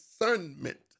discernment